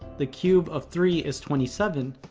the cube of three is twenty seven.